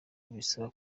bizasaba